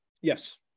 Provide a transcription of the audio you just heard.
Yes